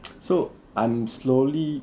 so I'm slowly